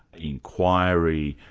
inquiry,